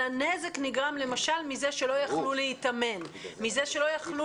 אלא נזק נגרם גם מזה שלא יכלו להתאמן ומזה שלא יכלו